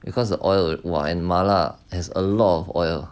because the oil !wah! and 麻辣 as a lot of oil